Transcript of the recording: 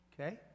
Okay